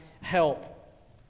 help